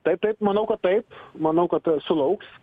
taip taip manau kad taip manau kad sulauks